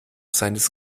seines